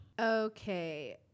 Okay